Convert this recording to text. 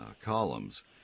columns